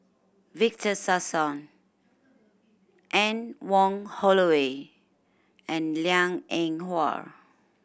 Victor Sassoon Anne Wong Holloway and Liang Eng Hwa